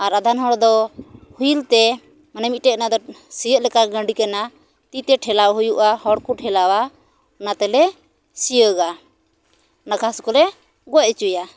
ᱟᱨ ᱟᱫᱷᱮᱱ ᱦᱚᱲ ᱫᱚ ᱦᱩᱭᱤᱞ ᱛᱮ ᱚᱱᱮ ᱢᱚᱫᱴᱮᱱ ᱚᱱᱟ ᱫᱚ ᱥᱤᱭᱚᱜ ᱞᱮᱠᱟ ᱜᱟᱹᱰᱤ ᱠᱟᱱᱟ ᱛᱤ ᱛᱮ ᱴᱷᱮᱞᱟᱣ ᱦᱩᱭᱩᱜᱼᱟ ᱦᱚᱲ ᱠᱚ ᱴᱷᱮᱞᱟᱣᱟ ᱚᱱᱟ ᱛᱮᱞᱮ ᱥᱤᱭᱚᱜᱟ ᱚᱱᱟ ᱜᱷᱟᱥ ᱠᱚᱞᱮ ᱜᱚᱡ ᱦᱚᱪᱚᱭᱟ